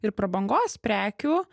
ir prabangos prekių